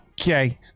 okay